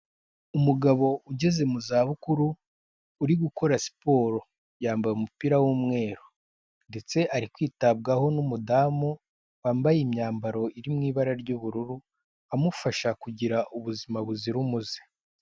Umugabo ugeze mu za bukuru uri gukora siporo yambaye umupira w'umweru, ndetse ari kwitabwaho n'umudamu wambaye imyambaro iri mu ibara ry'ubururu, amufasha kugira ubuzima buzira umuze.